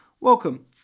Welcome